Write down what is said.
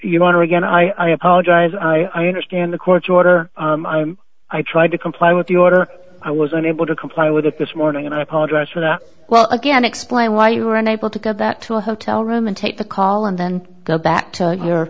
you want to again i apologize i understand the court's order i tried to comply with the order i was unable to comply with it this morning and i apologize for that well again explain why you were unable to get that to a hotel room and take the call and then go back to your